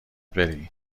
بری